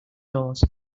doors